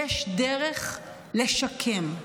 יש דרך לשקם.